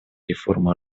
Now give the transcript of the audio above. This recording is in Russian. реформа